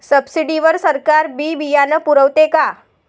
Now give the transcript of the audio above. Subsidy वर सरकार बी बियानं पुरवते का?